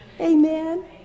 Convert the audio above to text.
Amen